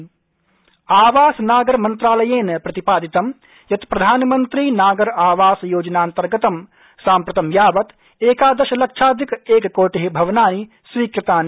आवास योजना आवास नागर मन्त्रालयेन प्रतिपादितं यत् प्रधानमन्त्री नागर आवास योजनान्तर्गतं साम्प्रतं यावत् क्रिादश लक्षाधिक क्रिकोटि भवनानि स्वीकृतानि